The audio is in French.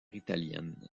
italienne